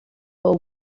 for